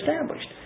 established